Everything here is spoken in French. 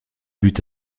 but